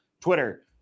Twitter